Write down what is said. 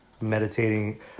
meditating